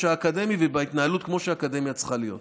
האקדמי ובהתנהלות כמו שאקדמיה צריכה להיות.